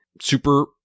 super